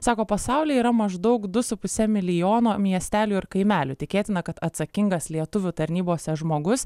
sako pasaulyje yra maždaug du su puse milijono miestelių ir kaimelių tikėtina kad atsakingas lietuvių tarnybose žmogus